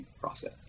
process